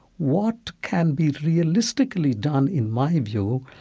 what can be realistically done, in my view,